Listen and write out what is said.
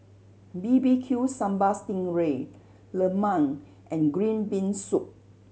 B B Q Sambal sting ray lemang and green bean soup